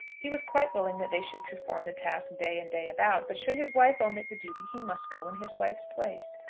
he was quite willing that they should perform the task day and day about but should his wife omit the duty he must go in his wife's place.